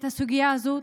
את הסוגיה הזו,